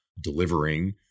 delivering